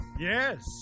Yes